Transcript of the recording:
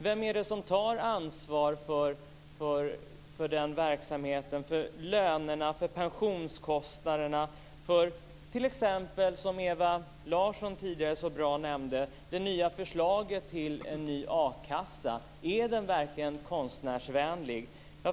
Vem är det som tar ansvar för den verksamheten, för lönerna, för pensionskostnaderna, för t.ex. - som Ewa Larsson tidigare så bra nämnde - det nya förslaget till a-kassa? Är den verkligen konstnärsvänlig?